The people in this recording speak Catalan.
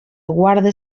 guarda